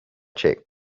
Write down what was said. check